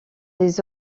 les